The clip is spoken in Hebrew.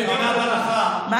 תגיד לי, מה שמך?